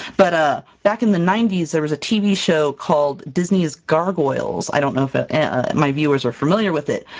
but ah back in the ninety s there was a tv show called disney's gargoyles. i don't know if my viewers are familiar with it,